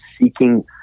seeking